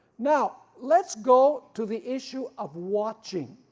now let's go to the issue of watching,